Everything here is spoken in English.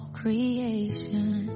creation